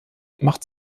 macht